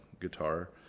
guitar